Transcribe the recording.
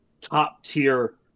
top-tier